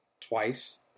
twice